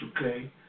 Okay